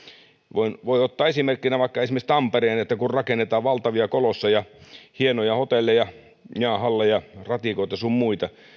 voi voi ottaa esimerkiksi vaikka tampereen kun rakennetaan valtavia kolosseja hienoja hotelleja jäähalleja ratikoita sun muita